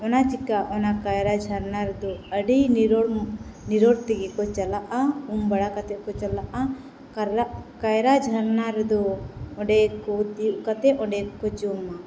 ᱚᱱᱟ ᱪᱮᱠᱟ ᱠᱟᱭᱨᱟ ᱡᱷᱟᱨᱱᱟ ᱨᱮᱫᱚ ᱟᱹᱰᱤ ᱱᱤᱨᱚᱲ ᱱᱤᱨᱚᱲ ᱛᱮᱜᱮ ᱠᱚ ᱪᱟᱞᱟᱜᱼᱟ ᱩᱢ ᱵᱟᱲᱟ ᱠᱟᱛᱮ ᱠᱚ ᱪᱟᱞᱟᱜᱼᱟ ᱠᱟᱨᱞᱟ ᱠᱟᱭᱨᱟ ᱡᱷᱟᱨᱱᱟ ᱨᱮᱫᱚ ᱚᱸᱰᱮ ᱠᱚ ᱛᱤᱭᱩᱜ ᱠᱟᱛᱮ ᱚᱸᱰᱮ ᱜᱮᱠᱚ ᱡᱚᱢᱟ